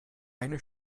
eine